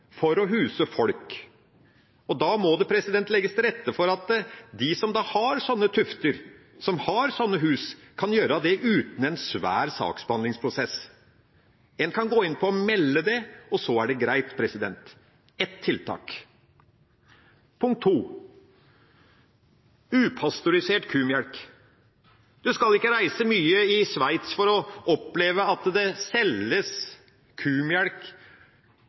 for å huse folk. Da må det legges til rette for at de som har sånne tufter, sånne hus, kan gjøre det uten en svær saksbehandlingsprosess. En kan gå inn og melde det, og så er det greit: ett tiltak. Så til upasteurisert kumelk: En skal ikke reise mye i Sveits for å oppleve at det selges